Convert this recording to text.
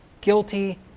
guilty